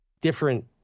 different